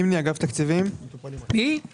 פה גפני נותן לכל אחד שמבקש,